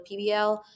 PBL